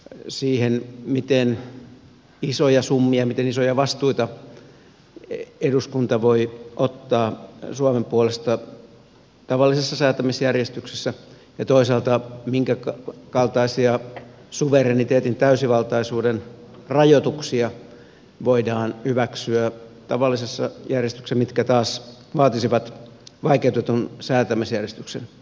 siihen miten isoja summia miten isoja vastuita eduskunta voi ottaa suomen puolesta tavallisessa säätämisjärjestyksessä ja toisaalta minkä kaltaisia suvereniteetin täysivaltaisuuden rajoituksia voidaan hyväksyä tavallisessa järjestyksessä mitkä taas vaatisivat vaikeutetun säätämisjärjestyksen